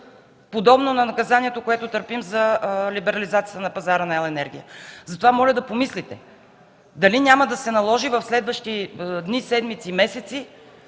подобно на наказанието, което търпим за либерализацията на пазара на ел. енергия. Затова моля да помислите дали няма да се наложи в следващи дни, седмици, месеци